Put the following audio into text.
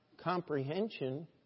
comprehension